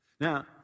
Now